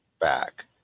back